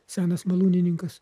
senas malūnininkas